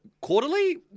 quarterly